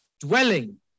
dwelling